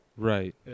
right